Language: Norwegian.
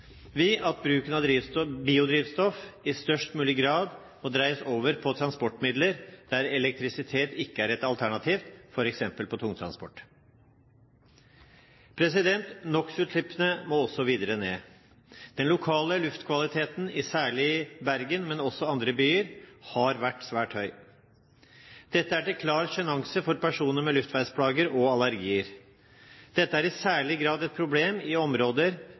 vi at bruken av biodrivstoff i størst mulig grad må dreies over på transportmidler der elektrisitet ikke er et alternativ, f.eks. på tungtransport. NOx-utslippene må også videre ned. Den lokale luftkvaliteten, særlig i Bergen, men også i andre byer, har vært svært høy. Dette er til klar sjenanse for personer med luftveisplager og allergier. Dette er i særlig grad et problem i områder